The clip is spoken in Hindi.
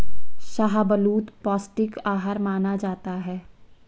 शाहबलूत पौस्टिक आहार माना जाता है